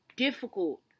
Difficult